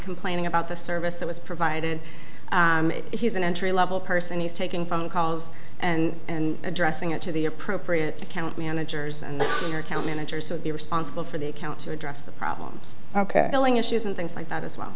complaining about the service that was provided he's an entry level person he's taking phone calls and addressing it to the appropriate account managers and your account managers would be responsible for the account to address the problems building issues and things like that as well